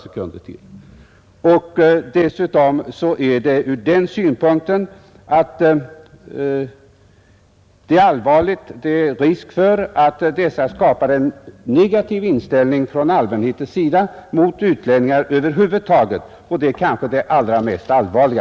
Men jag vill gärna understryka att jag inte kunnat undgå att observera att den svenska socialpolitiken åberopas som ett av skälen för att man har sökt sig just till Sverige.